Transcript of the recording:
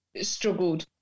struggled